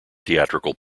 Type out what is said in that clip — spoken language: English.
theatrical